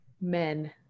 men